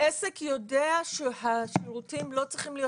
העסק יודע שהשירותים לא צריכים להיות